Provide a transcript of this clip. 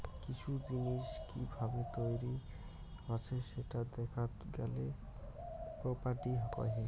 কিসু জিনিস কি ভাবে তৈরী হসে সেটা দেখাত গেলে প্রপার্টি কহে